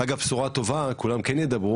אגב, בשורה טובה, כולם כן ידברו.